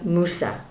Musa